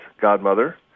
godmother